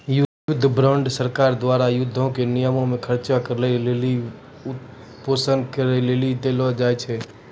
युद्ध बांड सरकारो द्वारा युद्धो के समय मे बहुते खर्चा लेली वित्तपोषन करै लेली देलो जाय छै